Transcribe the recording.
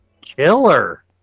killer